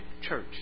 church